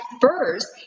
first